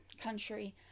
country